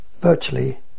virtually